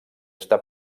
està